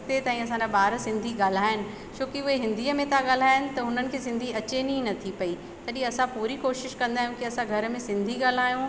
अॻिते ताईं असांजा ॿार सिंधी ॻाल्हाइनि छोकी हुए हिंदीअ में त ॻाल्हाइनि त हुननि खे सिंधी अचेनि ई नथी पई तॾहिं असां पूरी कोशिशि कंदा आहियूं की असां घर में सिंधी ॻाल्हायूं